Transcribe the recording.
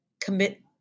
Commit